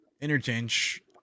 interchange